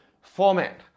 Format